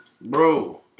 Bro